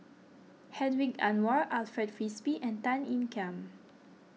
Hedwig Anuar Alfred Frisby and Tan Ean Kiam